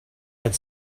had